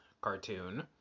cartoon